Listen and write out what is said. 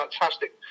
fantastic